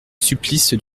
supplice